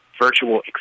virtual